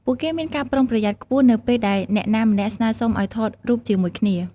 ពួកគេមានការប្រុងប្រយ័ត្នខ្ពស់នៅពេលដែលអ្នកណាម្នាក់ស្នើសុំឱ្យថតរូបជាមួយគ្នា។